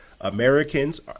Americans